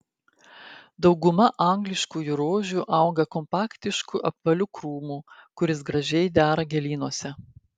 dauguma angliškųjų rožių auga kompaktišku apvaliu krūmu kuris gražiai dera gėlynuose